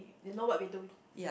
they know what we don't